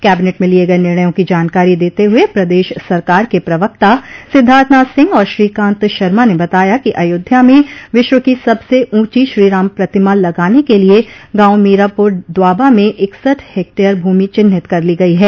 cabinet में लिये गये निर्णयों की जानकारी देते हुए प्रदेश सरकार के प्रवक्ता सिद्धार्थनाथ सिंह और श्रीकांत शर्मा ने बताया कि अयोध्या में विश्व की सबसे ऊँची श्रीराम प्रतिमा लगाने के लिये गांव मीरापुर द्वाबा में इकसठ हेक्टेयर भूमि चिन्हित कर ली गई है